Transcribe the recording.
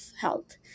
health